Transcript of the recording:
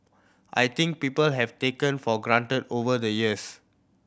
I think people have taken for granted over the years